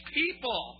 people